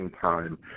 time